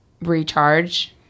recharge